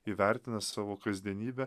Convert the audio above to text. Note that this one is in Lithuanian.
įvertina savo kasdienybę